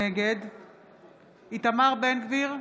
נגד איתמר בן גביר,